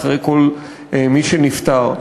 אחרי כל מי שנפטר,